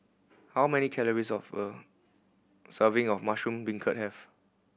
how many calories of a serving of mushroom beancurd have